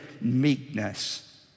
meekness